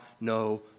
no